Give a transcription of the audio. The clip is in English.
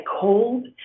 cold